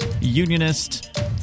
unionist